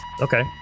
Okay